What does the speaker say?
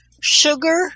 sugar